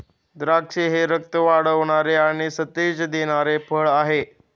द्राक्षे हे रक्त वाढवणारे आणि सतेज देणारे फळ आहे